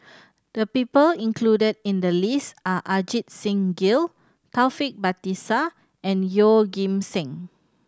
the people included in the list are Ajit Singh Gill Taufik Batisah and Yeoh Ghim Seng